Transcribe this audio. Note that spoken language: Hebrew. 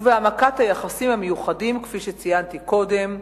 ובהעמקת היחסים המיוחדים, כפי שציינתי קודם,